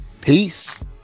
peace